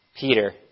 Peter